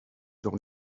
dans